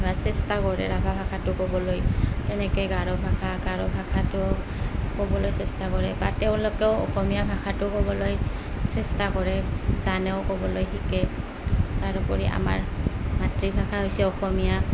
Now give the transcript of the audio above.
বা চেষ্টা কৰে ৰাভা ভাষাটো ক'বলৈ তেনেকৈ গাৰো ভাষা গাৰো ভাষাটো ক'বলৈ চেষ্টা কৰে বা তেওঁলোকেও অসমীয়া ভাষাটো ক'বলৈ চেষ্টা কৰে জানেও ক'বলৈ শিকে তাৰোপৰি আমাৰ মাতৃভাষা হৈছে অসমীয়া